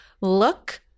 look